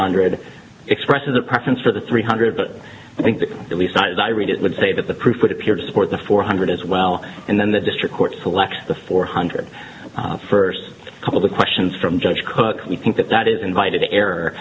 hundred expresses a preference for the three hundred but i think at least as i read it would say that the proof would appear to support the four hundred as well and then the district court selects the four hundred first couple the questions from judge cook we think that that is invited error